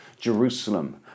Jerusalem